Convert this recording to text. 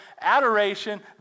adoration